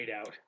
out